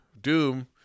Doom